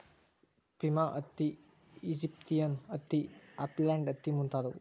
Pima ಹತ್ತಿ, Egyptian ಹತ್ತಿ, upland ಹತ್ತಿ ಮುಂತಾದವು